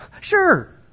Sure